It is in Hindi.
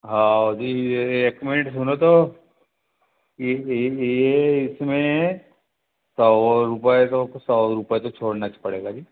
हाऊ जी एक मिनट सुनो तो ये ये ये इसमें सौ रूपये तो सौ रूपये तो छोड़ना ही पड़ेगा जी